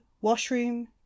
washroom